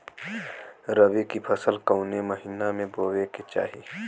रबी की फसल कौने महिना में बोवे के चाही?